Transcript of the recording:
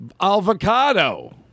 avocado